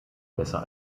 besser